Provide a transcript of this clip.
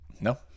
no